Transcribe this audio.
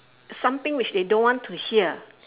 something which they don't want to hear